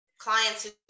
clients